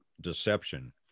deception